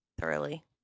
thoroughly